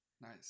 nice